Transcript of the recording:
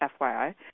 FYI